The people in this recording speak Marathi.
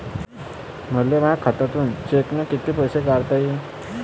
मले माया खात्यातून चेकनं कितीक पैसे काढता येईन?